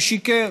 הוא שיקר.